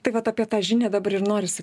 tai vat apie tą žinią dabar ir norisi